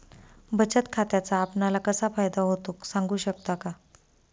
बचत खात्याचा आपणाला कसा फायदा होतो? सांगू शकता का?